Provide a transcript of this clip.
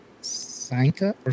Sanka